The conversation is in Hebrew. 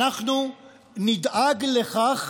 אנחנו נדאג לכך